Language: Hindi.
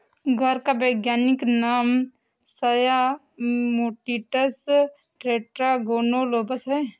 ग्वार का वैज्ञानिक नाम साया मोटिसस टेट्रागोनोलोबस है